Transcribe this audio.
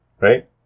Right